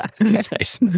Nice